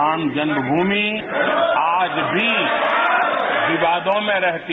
राम जन्मभूमि आज भी विवादों में रहती